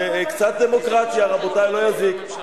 הגדרת המונח "התנהגות שופט" והרחבתו,